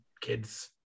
kids